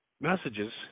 messages